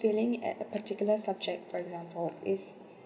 feeling at a particular subject for example is